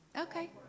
Okay